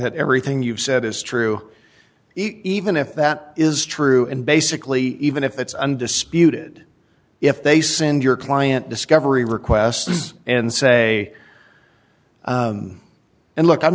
that everything you've said is true even if that is true and basically even if it's undisputed if they send your client discovery requests and say and look i'm